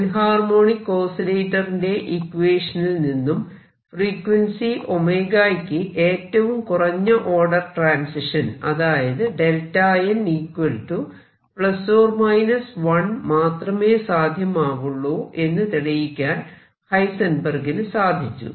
anharmonic ഓസിലേറ്ററിന്റെ ഇക്വേഷനിൽ നിന്നും ഫ്രീക്വൻസി യ്ക്ക് ഏറ്റവും കുറഞ്ഞ ഓർഡർ ട്രാൻസിഷൻ അതായത് Δn 1 മാത്രമേ സാധ്യമാവുള്ളൂ എന്ന് തെളിയിക്കാൻ ഹൈസെൻബെർഗിന് സാധിച്ചു